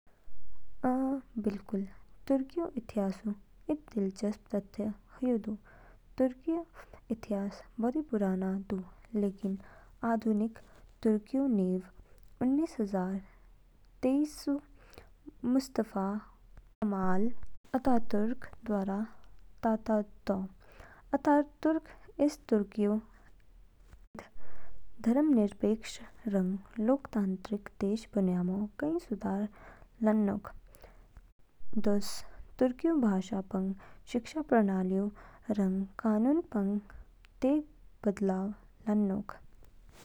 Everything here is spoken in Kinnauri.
अ, बिल्कुल। तुर्कीऊ इतिहासऊ इद दिलचस्प तथ्य ह्यू दू। तुर्कीऊ इतिहास बोदी पुराना दो, लेकिन आधुनिक तुर्कीऊ नींव उन्निस हजार तेईसऊ मुस्तफा कमाल अतातुर्क द्वारा ताता तो। अतातुर्क इस तुर्कीऊ इद धर्मनिरपेक्ष रंग लोकतांत्रिक देश बन्यामो कई सुधार लानोग। दूस तुर्कीऊ भाषा, पंग शिक्षा प्रणालीऊ रंग कानूनों पंग तेग बदलाव लानोग।